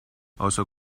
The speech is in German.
außer